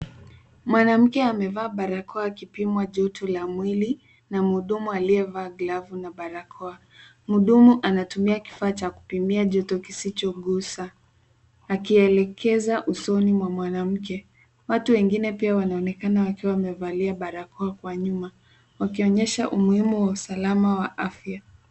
Mwanamke amevaa barakoa akipimwa joto la mwili na mhudumu aliyevaa glavu na barakoa. Mhudumu anatumia kifaa cha kupimia joto kisichogusa, akielekeza usoni mwa mwanamke. Watu wengine pia wanaonekana wakiwa wamevalia barakoa kwa nyuma wakionyesha umuhimu wa usalama wa afya.